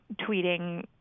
tweeting